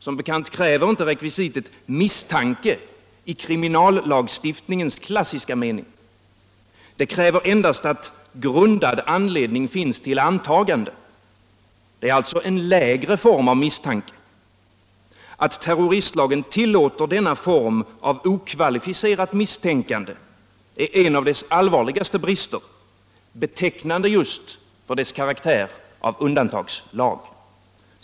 Som bekant kräver inte rekvisitet misstanke i kriminallagstiftningens klassiska mening. Det kräver endast att grundad anledning finns till antagande. Det är alltså en lägre form av misstanke. Att terroristlagen tillåter denna form av okvalificerat misstänkande är en av dess allvarligaste brister, betecknande just för dess karaktär av undantagslag.